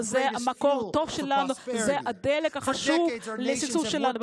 מקורות הכוח הגדולים ביותר והדלק החשוב ביותר לשגשוג שלנו.